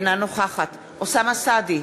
אינה נוכחת אוסאמה סעדי,